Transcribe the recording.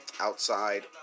outside